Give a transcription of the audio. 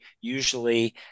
usually